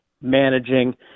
managing